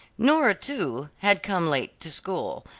nora, too, had come late to school,